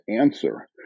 answer